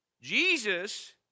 Jesus